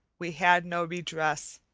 we had no redress.